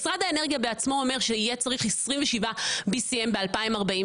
משרד האנרגיה בעצמו אומר שיהיה צריך BCM27 ב-2045,